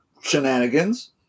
shenanigans